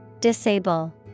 Disable